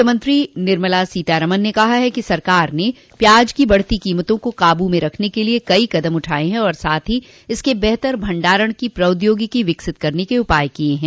वित्तमंत्री निर्मला सीतारमन ने कहा है कि सरकार ने प्याज की बढ़ती कीमतों को काबू में रखने के लिए कई कदम उठाए हैं और साथ ही इसके बेहतर भंडारण की प्रौद्योगिकी विकसित करने के उपाय किए हैं